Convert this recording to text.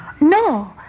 No